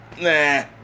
nah